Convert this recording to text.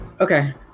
Okay